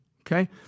okay